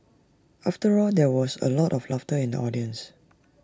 after all there was A lot of laughter in the audience